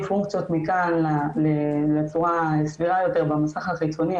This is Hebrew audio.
פונקציות מכאן לצורה סבירה יותר במסך החיצוני,